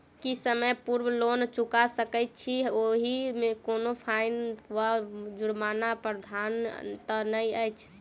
की समय पूर्व लोन चुका सकैत छी ओहिमे कोनो फाईन वा जुर्मानाक प्रावधान तऽ नहि अछि?